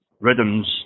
rhythms